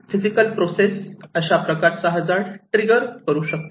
physical process अशाप्रकारचा hazard trigger करू शकते